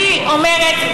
אני אומרת,